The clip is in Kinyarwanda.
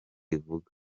ivuga